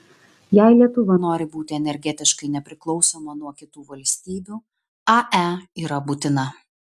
jei lietuva nori būti energetiškai nepriklausoma nuo kitų valstybių ae yra būtina